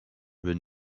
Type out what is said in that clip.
win